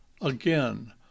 Again